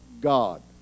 god